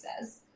says